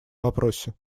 вопросе